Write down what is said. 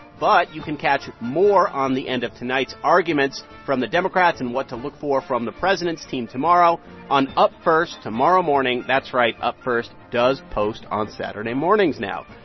but you can catch more on the end of tonight's arguments from the democrats and what to look for from the president's team tomorrow on up first tomorrow morning. that's right, up first does post on saturday mornings now.